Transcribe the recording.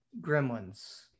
Gremlins